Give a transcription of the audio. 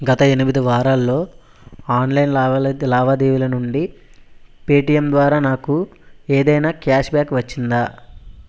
గత ఎనిమిది వారాల్లో ఆన్లైన్ లావాదేవీల నుండి పేటిఎమ్ ద్వారా నాకు ఏదైనా క్యాష్బ్యాక్ వచ్చిందా